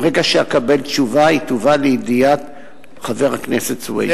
ברגע שאקבל תשובה היא תובא לידיעת חבר הכנסת סוייד.